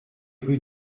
rue